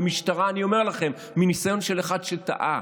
משטרה, אני אומר לכם מניסיון של אחד שטעה,